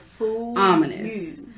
ominous